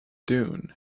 dune